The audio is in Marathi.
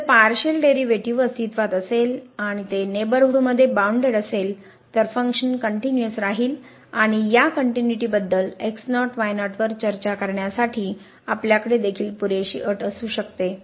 तर जर पार्शिअल डेरिव्हेटिव्ह अस्तित्वात असेल आणि ते नेबरहूड मध्ये बाऊनडेड असेल तर फंक्शन कनटयूनिअस राहील आणि या कनटयूबद्दल x0 y0 वर चर्चा करण्यासाठी आपल्याकडे देखील पुरेशी अट असू शकते